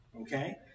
Okay